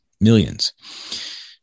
millions